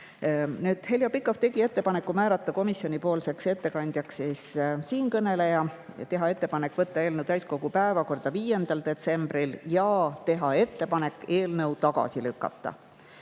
Heljo Pikhof tegi ettepaneku määrata komisjonipoolseks ettekandjaks siinkõneleja, teha ettepanek võtta eelnõu täiskogu päevakorda 5. detsembril ja teha ettepanek eelnõu tagasi lükata.